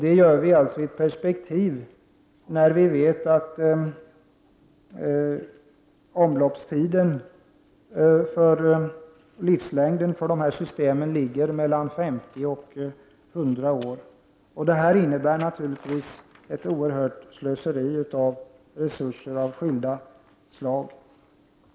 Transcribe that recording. Det skall ses i perspektivet att livslängden för dessa system är mellan 50 och 100 år. Detta innebär naturligtvis ett oerhört slöseri med resurser av skilda slag.